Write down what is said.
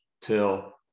till